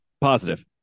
Positive